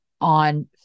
On